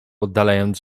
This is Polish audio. oddalając